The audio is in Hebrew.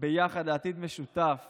יחד לעתיד משותף